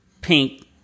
pink